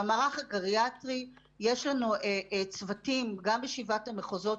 במערך הגריאטרי יש לנו צוותים גם בשבעת המחוזות,